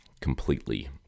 completely